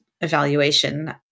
evaluation